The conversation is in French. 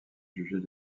juger